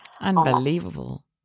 Unbelievable